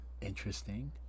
Interesting